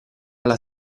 alla